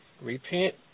Repent